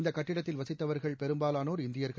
இந்த கட்டிடத்தில் வசித்தவர்கள் பெரும்பாலானோர் இந்தியர்கள்